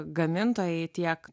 gamintojai tiek